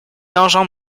enjambe